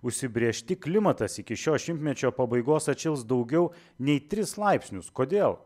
užsibrėžti klimatas iki šio šimtmečio pabaigos atšils daugiau nei tris laipsnius kodėl